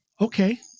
Okay